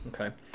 Okay